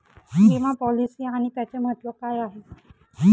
विमा पॉलिसी आणि त्याचे महत्व काय आहे?